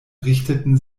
richteten